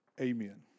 Amen